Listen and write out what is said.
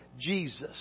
Jesus